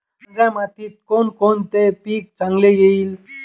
पांढऱ्या मातीत कोणकोणते पीक चांगले येईल?